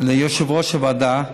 ליושב-ראש הוועדה,